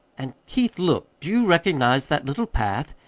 and, keith, look do you recognize that little path?